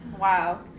Wow